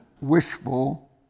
Wishful